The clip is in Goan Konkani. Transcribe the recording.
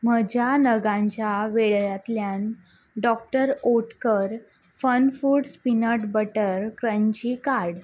म्हज्या नगांच्या वेळेरांतल्यान doctor Oetker Fun Foods peanut butter crunchy काड